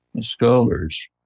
scholars